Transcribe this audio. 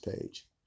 page